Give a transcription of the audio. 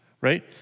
right